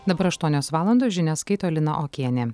dabar aštuonios valandos žinias skaito lina okienė